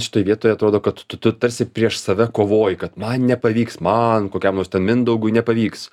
šitoj vietoj atrodo kad tu tu tarsi prieš save kovoji kad man nepavyks man kokiam nors ten mindaugui nepavyks